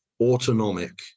autonomic